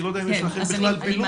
אני לא יודע אם יש לכם בכלל פילוח.